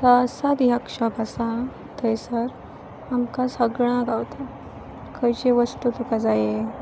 तो असाज ह्या एक शॉप आसा थंयसर आमकां सगळां गावता खंयची वस्तू तुका जाये